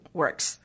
works